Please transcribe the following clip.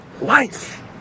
life